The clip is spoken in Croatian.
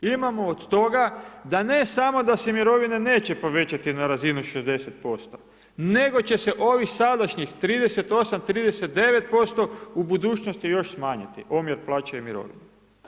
Imamo od toga da ne samo da se mirovine neće povećati na razinu 60%, nego će se ovih sadašnjih 38, 39%, u budućnosti još smanjiti, omjer plaća i mirovina.